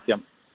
सत्यम्